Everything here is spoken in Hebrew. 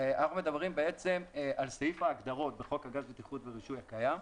מדברים על סעיף ההגדרות בחוק הגז (בטיחות ורישוי) הקיים.